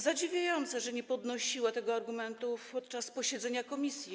Zadziwiające, że nie podnosiła tego argumentu podczas posiedzenia komisji.